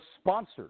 sponsors